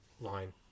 line